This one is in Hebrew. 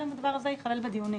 גם הדבר הזה ייכלל בדיונים.